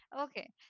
Okay